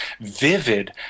vivid